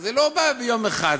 זה לא ביום אחד,